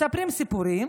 מספרים סיפורים,